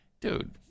dude